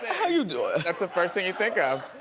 how you doing? that's the first thing you think of.